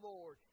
Lord